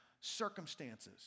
circumstances